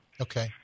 Okay